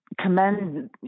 commend